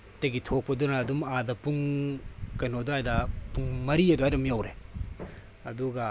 ꯇꯔꯦꯠꯇꯥꯒꯤ ꯊꯣꯛꯄꯗꯨꯅ ꯑꯗꯨꯝ ꯑꯗꯥ ꯄꯨꯡ ꯀꯩꯅꯣ ꯑꯗꯨꯋꯥꯏꯗ ꯄꯨꯡ ꯃꯔꯤ ꯑꯗꯨꯋꯥꯏꯗ ꯑꯃꯨꯛ ꯌꯧꯔꯦ ꯑꯗꯨꯒ